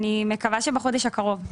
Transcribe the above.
אני מקווה שבחודש הקרוב.